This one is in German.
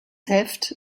heft